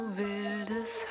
wildes